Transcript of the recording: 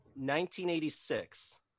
1986